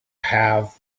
have